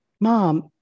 mom